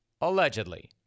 Allegedly